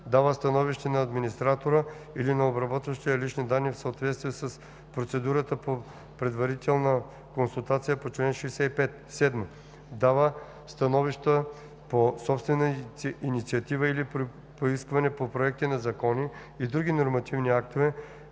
дава становища на администратора и на обработващия лични данни в съответствие с процедурата по предварителна консултация по чл. 65; 7. дава становища по собствена инициатива или при поискване по проекти на закони и други нормативни актове,